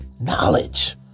knowledge